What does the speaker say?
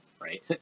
right